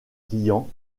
clients